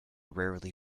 rarely